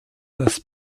dass